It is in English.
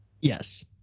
Yes